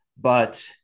but-